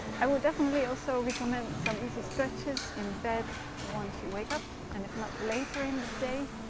i would definitely also recommend some easy stretches in bed once you wake up, and if not, later in the day.